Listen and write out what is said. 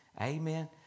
Amen